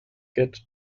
get